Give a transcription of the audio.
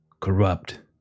corrupt